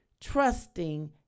Trusting